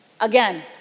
Again